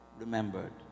remembered